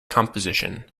composition